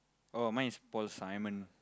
oh mine is Paul-Simon